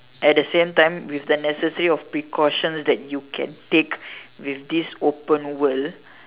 at the same time with the necessary of precautions you can take in this open world